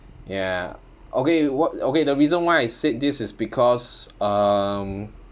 ya okay what okay the reason why I said this is because um